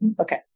Okay